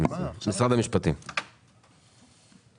משרד המשפטים, בבקשה.